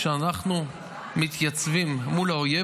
כשאנחנו מתייצבים מול האויב,